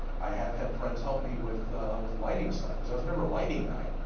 i have had friends help me with with lighting stuff. cause i was never a lighting guy.